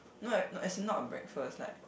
no eh as in not breakfast like